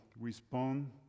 respond